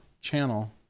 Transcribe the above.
channel